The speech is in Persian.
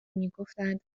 میگفتند